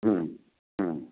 হুম হুম